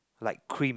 like cream